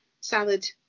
salad